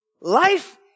life